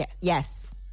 yes